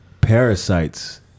Parasites